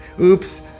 Oops